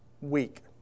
week